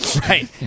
Right